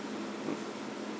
mm